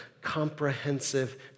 Comprehensive